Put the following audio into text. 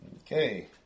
Okay